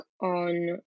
on